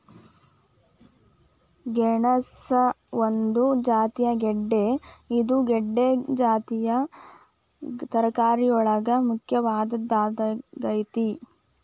ಗೆಣಸ ಒಂದು ಜಾತಿಯ ಗೆಡ್ದೆ ಇದು ಗೆಡ್ದೆ ಜಾತಿಯ ತರಕಾರಿಯೊಳಗ ಮುಖ್ಯವಾದದ್ದಾಗೇತಿ